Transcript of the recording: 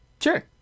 Sure